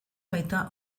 baita